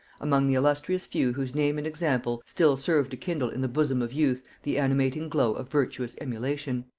among the illustrious few whose name and example still serve to kindle in the bosom of youth the animating glow of virtuous emulation.